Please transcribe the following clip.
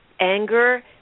anger